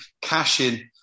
Cashin